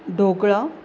dhokla